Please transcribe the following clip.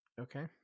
okay